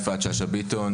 יפעת שאשא ביטון,